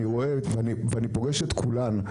אני רואה ואני פוגש את כולן.